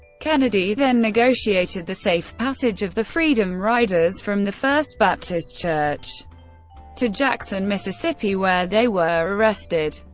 kennedy then negotiated the safe passage of the freedom riders from the first baptist church to jackson, mississippi, where they were arrested.